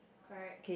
correct